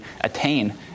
attain